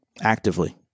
actively